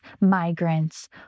migrants